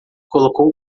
colocou